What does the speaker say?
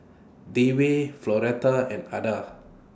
Dewey Floretta and Adda